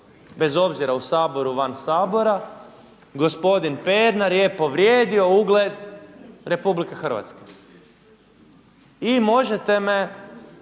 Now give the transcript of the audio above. bez obzira u Saboru, van Sabora gospodin Pernar je povrijedio ugled RH. I možete me